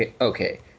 Okay